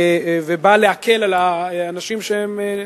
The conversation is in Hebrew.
ובאה להקל על האנשים שהם,